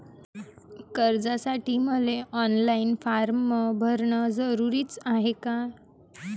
कर्जासाठी मले online form भरन जरुरीच हाय का?